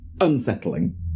Unsettling